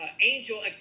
angel